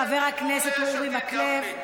חבר הכנסת אורי מקלב.